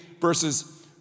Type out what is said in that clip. verses